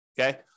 Okay